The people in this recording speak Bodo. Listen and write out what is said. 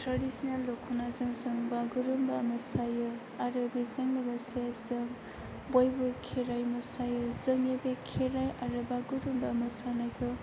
ट्रेडिसनेल दख'नाजों जों बागुरुम्बा मोसायो आरो बेजों लोगोसे जों बयबो खेराय मोसायो जोंनि बे खेराय आरो बागुरुम्बा मोसानायखौ